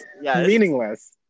meaningless